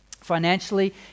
financially